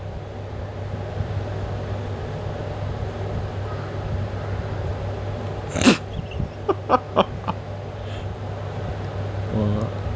!wah!